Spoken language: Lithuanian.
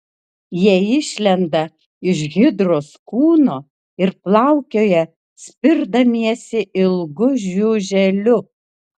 jie išlenda iš hidros kūno ir plaukioja spirdamiesi ilgu žiuželiu